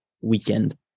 weekend